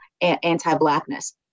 anti-blackness